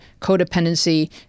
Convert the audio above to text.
codependency